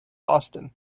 austin